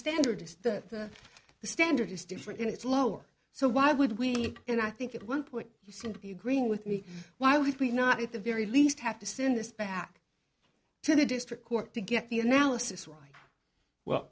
standard the standard is different it's lower so why would we and i think it one point you seem to be agreeing with me why would we not at the very least have to send this back to the district court to get the analysis right well